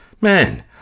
Man